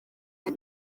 iyo